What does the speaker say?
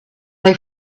they